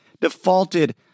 defaulted